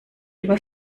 über